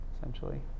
essentially